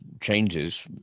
changes